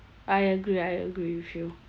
I agree I agree with you